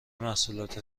محصولات